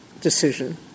decision